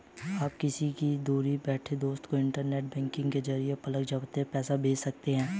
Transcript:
आप किसी दूर बैठे दोस्त को इन्टरनेट बैंकिंग के जरिये पलक झपकते पैसा भेज सकते हैं